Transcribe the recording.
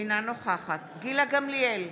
אינה נוכחת גילה גמליאל,